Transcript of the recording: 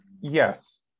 Yes